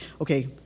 okay